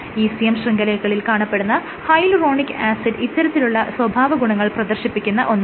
ECM ശൃംഖലകളിൽ കാണപ്പെടുന്ന hyaluronic acid ഇത്തരത്തിലുള്ള സ്വഭാവഗുണങ്ങൾ പ്രദർശിപ്പിക്കുന്ന ഒന്നാണ്